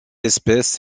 espèce